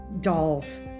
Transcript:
dolls